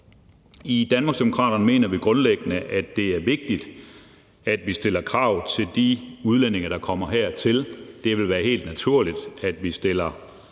I Danmarksdemokraterne mener vi grundlæggende, at det er vigtigt, at vi stiller krav til de udlændinge, der kommer hertil. Det ville være helt naturligt, at vi stiller